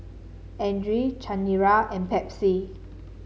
Andre Chanira and Pepsi